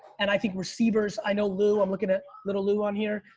and i think receivers i know lou, i'm looking at little lou on here.